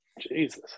Jesus